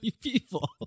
people